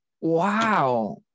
Wow